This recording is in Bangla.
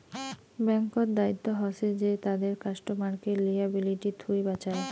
ব্যাঙ্ক্ত দায়িত্ব হসে যে তাদের কাস্টমারকে লিয়াবিলিটি থুই বাঁচায়